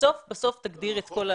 כזאת שמצד אחד תפסת מרובה לא תפסת,